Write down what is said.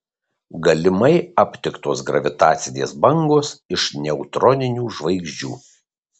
galimai aptiktos gravitacinės bangos iš neutroninių žvaigždžių